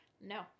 No